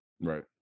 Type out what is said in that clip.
right